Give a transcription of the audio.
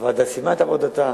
הוועדה סיימה את עבודתה.